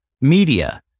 media